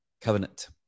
Covenant